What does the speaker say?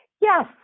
Yes